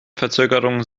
verzögerungen